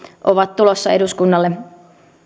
ovat tulossa eduskunnalle